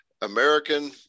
american